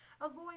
Avoid